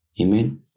Amen